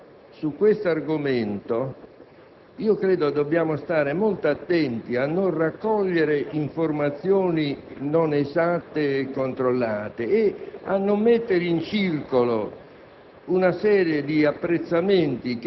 e ne spiego le ragioni. Su questo argomento credo dobbiamo stare molto attenti a non raccogliere informazioni non esatte e controllate e a non mettere in circolo